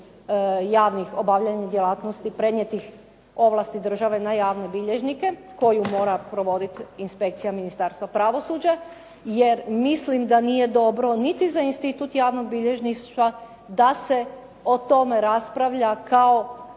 javnih djelatnosti prenijeti ovlasti države na javne bilježnike koju mora provoditi inspekcija Ministarstva pravosuđa, jer mislim da nije dobro niti za institut javnog bilježništva da se o tome raspravlja kao